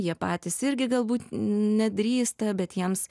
jie patys irgi galbūt nedrįsta bet jiems